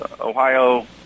Ohio